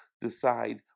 decide